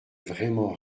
vraiment